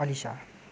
Anisha